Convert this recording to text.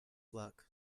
luck